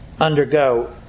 undergo